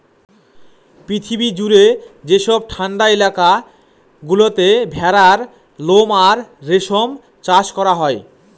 পৃথিবী জুড়ে যেসব ঠান্ডা এলাকা গুলোতে ভেড়ার লোম আর রেশম চাষ করা হয়